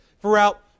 throughout